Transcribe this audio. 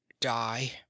die